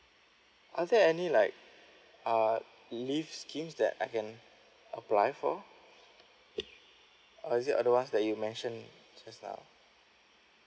are there any like uh leaves schemes that I can apply for or is it other ones that you mentioned just now